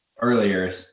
earlier